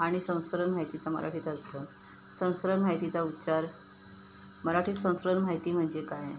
आणि संस्करण माहितीचा मराठीत अर्थ संस्करण माहितीचा उच्चार मराठी संस्करण माहिती म्हणजे काय